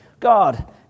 God